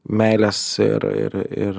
meilės ir ir ir